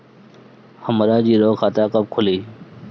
हमरा जीरो खाता कब खुली?